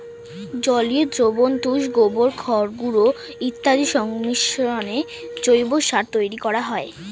জলীয় দ্রবণ, তুষ, গোবর, খড়গুঁড়ো ইত্যাদির সংমিশ্রণে জৈব সার তৈরি করা হয়